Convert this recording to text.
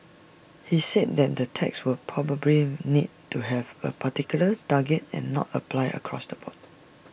he said that the tax would probably need to have A particular target and not apply across the board